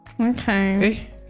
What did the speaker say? Okay